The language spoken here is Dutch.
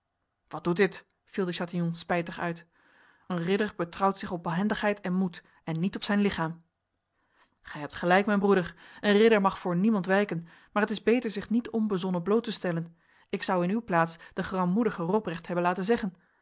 wat doet dit viel de chatillon spijtig uit een ridder betrouwt zich op behendigheid en moed en niet op zijn lichaam gij hebt gelijk mijn broeder een ridder mag voor niemand wijken maar het is beter zich niet onbezonnen bloot te stellen ik zou in uw plaats de grammoedige robrecht hebben laten zeggen